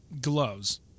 gloves